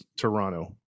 Toronto